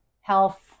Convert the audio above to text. Health